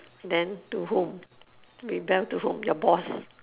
then to whom rebel to whom your boss